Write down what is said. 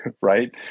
right